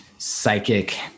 psychic